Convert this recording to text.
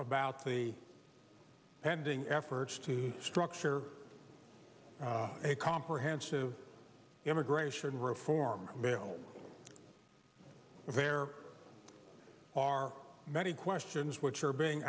about the pending efforts to structure a comprehensive immigration reform bill there are many questions which are being